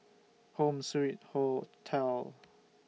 Home Suite Hotel